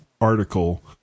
article